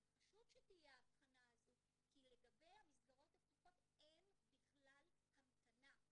אבל חשוב שתהיה ההבחנה הזו כי לגבי המסגרות הפתוחות אין בכלל המתנה,